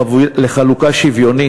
לחלוקה שוויונית,